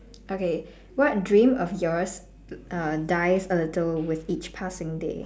okay what dream of yours err dies a little with each passing day